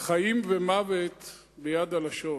חיים ומוות ביד הלשון,